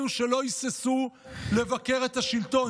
אלו שלא היססו לבקר את השלטון,